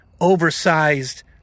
oversized